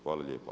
Hvala lijepa.